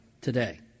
today